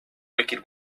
wicked